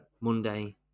Monday